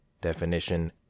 Definition